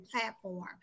platform